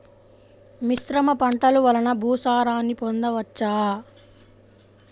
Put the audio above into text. మిశ్రమ పంటలు వలన భూసారాన్ని పొందవచ్చా?